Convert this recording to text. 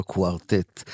Quartet